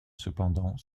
cependant